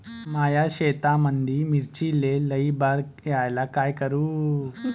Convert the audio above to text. माया शेतामंदी मिर्चीले लई बार यायले का करू?